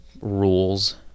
rules